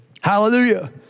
Hallelujah